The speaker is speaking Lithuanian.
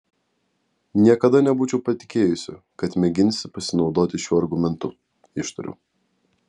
niekada nebūčiau patikėjusi kad mėginsi pasinaudoti šiuo argumentu ištariau